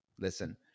listen